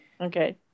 Okay